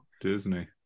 Disney